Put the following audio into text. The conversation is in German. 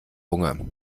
hunger